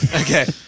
Okay